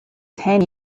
ten